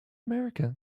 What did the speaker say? america